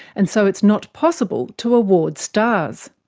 and so it's not possible to award stars.